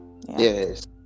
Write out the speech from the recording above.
yes